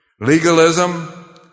Legalism